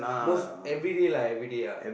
most everyday lah everyday ah